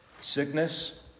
Sickness